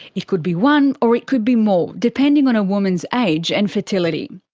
it could be one or it could be more depending on a woman's age and fertility.